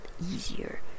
easier